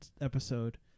episode